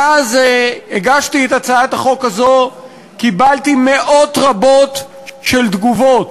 מאז הגשתי את הצעת החוק הזו קיבלתי מאות רבות של תגובות.